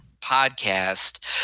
podcast